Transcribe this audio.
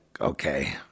okay